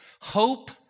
hope